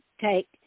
take